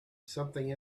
something